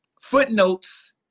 footnotes